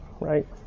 right